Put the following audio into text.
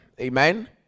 amen